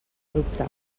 dubte